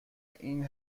این